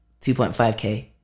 2.5k